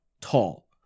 tall